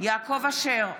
יעקב אשר,